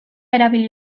erabili